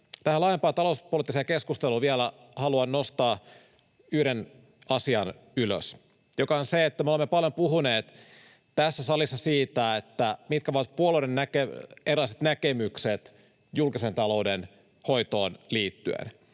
Tähän laajempaan talouspoliittiseen keskusteluun vielä haluan nostaa yhden asian ylös, joka on se, että me olemme paljon puhuneet tässä salissa siitä, mitkä ovat puolueiden erilaiset näkemykset julkisen talouden hoitoon liittyen.